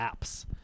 apps